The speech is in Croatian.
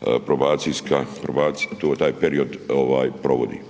se ta probacijska, taj period provodi.